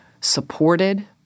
supported